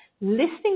listening